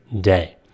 day